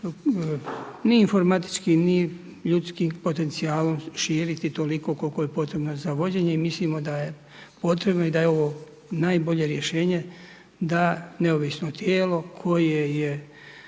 ni informatički ni ljudski potencijal širiti toliko koliko je potrebno za vođenje. I mislimo da je potrebno i da je ovo najbolje rješenje da neovisno tijelo koje je